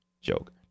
Joker